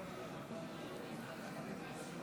חברי הכנסת,